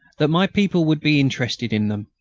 that my people would be interested in them.